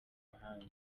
mahanga